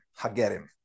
hagerim